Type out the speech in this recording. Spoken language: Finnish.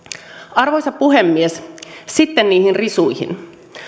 arvoisa puhemies sitten niihin risuihin